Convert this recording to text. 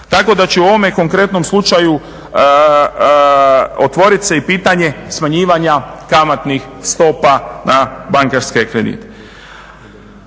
Tako da će u ovome konkretnom slučaju otvoriti se i pitanje smanjivanja kamatnih stopa na bankarske kredite.